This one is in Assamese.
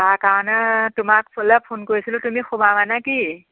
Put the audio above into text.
তাৰ কাৰণে তোমাক ফুলে ফোন কৰিছিলোঁ তুমি সোমাবানে কি